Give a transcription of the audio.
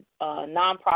nonprofit